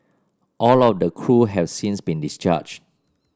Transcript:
all of the crew have since been discharged